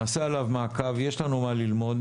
נעשה עליו מעקב, יש לנו מה ללמוד.